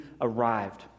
arrived